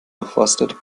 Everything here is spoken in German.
durchforstet